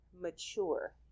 mature